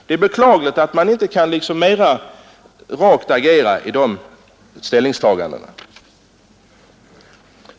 Det är beklagligt att man inte kan agera rakt i sina ställningstaganden.